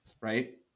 Right